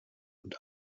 und